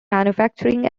manufacturing